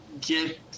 get